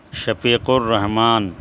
Shafiq Rahman